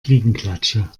fliegenklatsche